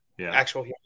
actual